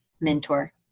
mentor